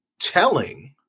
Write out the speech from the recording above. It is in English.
telling